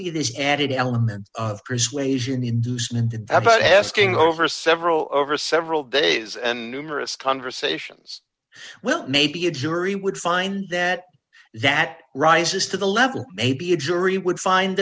be this added element of persuasion inducement about asking over several over several days and numerous conversations well maybe a jury would find that that rises to the level maybe a jury would find